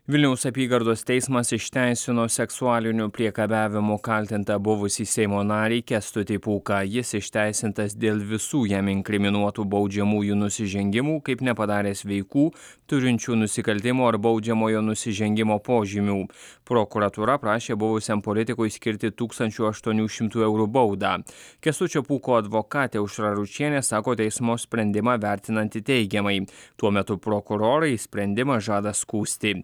vilniaus apygardos teismas išteisino seksualiniu priekabiavimu kaltintą buvusį seimo narį kęstutį pūką jis išteisintas dėl visų jam inkriminuotų baudžiamųjų nusižengimų kaip nepadaręs veikų turinčių nusikaltimo ar baudžiamojo nusižengimo požymių prokuratūra prašė buvusiam politikui skirti tūkstančio aštuonių šimtų eurų baudą kęstučio pūko advokatė aušra ručienė sako teismo sprendimą vertinanti teigiamai tuo metu prokurorai sprendimą žada skųsti